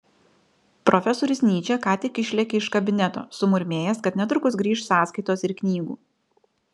profesorius nyčė ką tik išlėkė iš kabineto sumurmėjęs kad netrukus grįš sąskaitos ir knygų